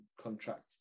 contract